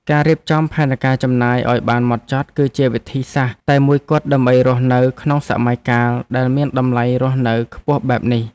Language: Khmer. ការរៀបចំផែនការចំណាយឱ្យបានហ្មត់ចត់ គឺជាវិធីសាស្ត្រតែមួយគត់ដើម្បីរស់នៅក្នុងសម័យកាលដែលមានតម្លៃរស់នៅខ្ពស់បែបនេះ។